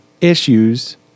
issues